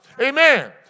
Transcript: amen